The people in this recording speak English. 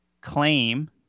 claim